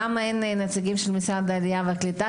למה אין נציגים של משרד העלייה והקליטה?